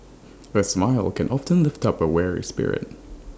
A smile can often lift up A weary spirit